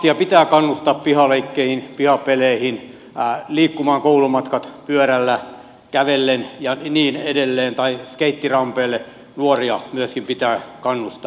lapsia pitää kannustaa pihaleikkeihin pihapeleihin liikkumaan koulumatkat pyörällä kävellen ja niin edelleen ja nuoria pitää myöskin kannustaa skeittirampeille